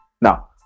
Now